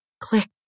Click